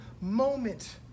moment